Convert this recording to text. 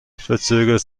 verzögert